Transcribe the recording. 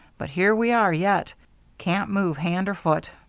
but here we are yet can't move hand or foot.